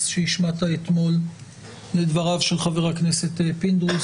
שהשמעת אתמול לדבריו של חבר הכנסת פינדרוס.